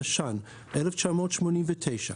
התש"ן-1989,